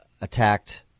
attacked